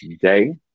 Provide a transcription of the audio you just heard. today